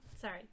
Sorry